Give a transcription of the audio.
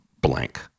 blank